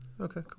Okay